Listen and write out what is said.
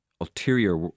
ulterior